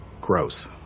gross